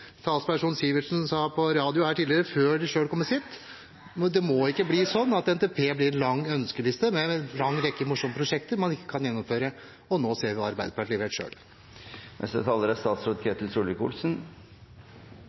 talsperson Sivertsen sa på radio her tidligere – før de selv kom med sitt: Det må ikke bli slik at NTP blir en lang ønskeliste, med en lang rekke morsomme prosjekter man ikke kan gjennomføre. Nå ser vi hva Arbeiderpartiet selv har levert.